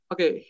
Okay